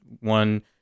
one